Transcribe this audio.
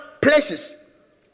places